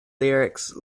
lyrics